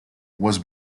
was